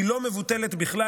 לא מבוטלת בכלל.